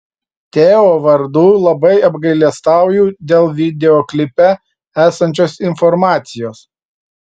teo vardu labai apgailestauju dėl videoklipe esančios informacijos